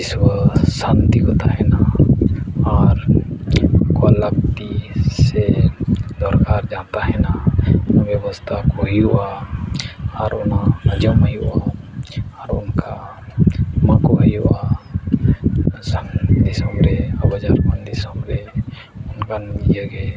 ᱫᱤᱥᱣᱟᱹ ᱥᱟᱱᱛᱤ ᱠᱚ ᱛᱟᱦᱮᱱᱟ ᱟᱨ ᱠᱚᱞᱟᱵᱫᱤ ᱥᱮ ᱫᱚᱨᱵᱟᱨ ᱡᱟᱦᱟᱸ ᱛᱟᱦᱮᱱᱟ ᱵᱮᱵᱚᱥᱛᱷᱟ ᱠᱚ ᱦᱩᱭᱩᱜᱼᱟ ᱟᱨ ᱚᱱᱟ ᱟᱡᱚᱢ ᱦᱩᱭᱩᱜᱼᱟ ᱟᱨ ᱚᱱᱠᱟ ᱮᱢᱟᱠᱚ ᱦᱩᱭᱩᱜᱼᱟ ᱟᱥᱟᱢ ᱫᱤᱥᱚᱢ ᱨᱮ ᱟᱵᱚ ᱡᱷᱟᱲᱠᱷᱚᱸᱰ ᱫᱤᱥᱚᱢ ᱨᱮ ᱚᱱᱠᱟᱱ ᱤᱭᱟᱹ ᱜᱮ